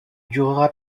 durera